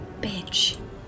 Bitch